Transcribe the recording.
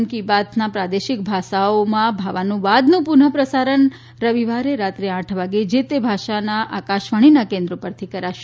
મન કી બાતના પ્રાદેશિક ભાષાઓમાં ભાવાનુવાદનું પુનઃ પ્રસારણ રવિવારે રાત્રે આઠ વાગે જે તે ભાષાના આકાશવાણીના કેન્દ્રો પરથી કરાશે